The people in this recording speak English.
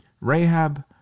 Rahab